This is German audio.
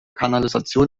kanalisation